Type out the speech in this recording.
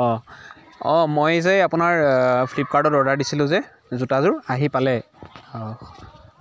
অঁ অঁ মই যে আপোনাৰ ফ্লিপকাৰ্টত অৰ্ডাৰ দিছিলোঁ যে জোতাযোৰ আহি পালে